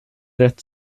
rätt